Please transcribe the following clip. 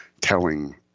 telling